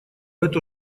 эту